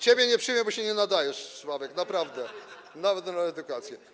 Ciebie nie przyjmę, bo się nie nadajesz, Sławek, naprawdę, nawet na reedukację.